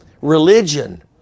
Religion